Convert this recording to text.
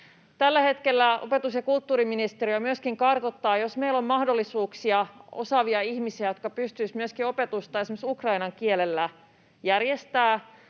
Tällä hetkellä opetus- ja kulttuuriministeriö myöskin kartoittaa, onko meillä mahdollisuuksia, osaavia ihmisiä, jotka pystyisivät myöskin opetusta esimerkiksi ukrainan kielellä järjestämään,